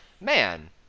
man